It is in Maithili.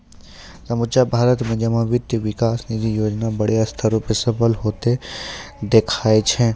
समुच्चा भारत मे जमा वित्त विकास निधि योजना बड़ो स्तर पे सफल होतें देखाय छै